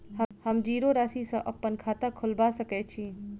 हम जीरो राशि सँ अप्पन खाता खोलबा सकै छी?